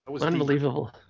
Unbelievable